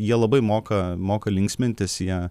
jie labai moka moka linksmintis jie